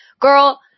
Girl